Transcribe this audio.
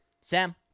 Sam